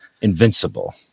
Invincible